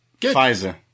Pfizer